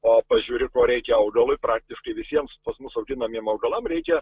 o pažiūri ko reikia augalui praktiškai visiems pas mus auginamiem augalam reikia